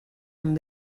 amb